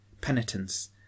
penitence